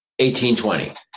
1820